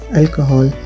alcohol